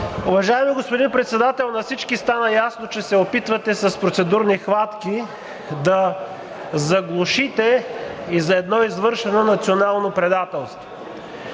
Уважаеми господин Председател, на всички стана ясно, че се опитвате с процедурни хватки да заглушите едно извършено национално предателство.